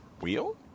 Wheel